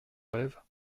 rêve